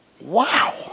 wow